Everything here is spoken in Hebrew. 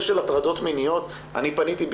בנושא של הטרדות מיניות אני פניתי לשר המשפטים,